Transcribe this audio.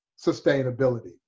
sustainability